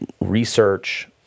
research